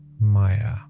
Maya